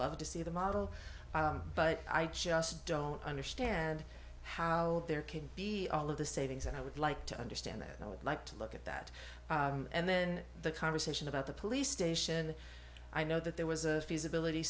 love to see the model but i just don't understand how there could be all of the savings and i would like to understand that i would like to look at that and then the conversation about the police station i know that there was a feasibility